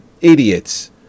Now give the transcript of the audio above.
idiots